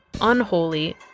unholy